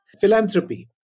Philanthropy